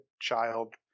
child